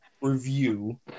review